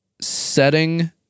setting